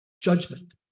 judgment